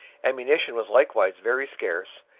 ammunition was likewise very scarce,